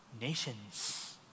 nations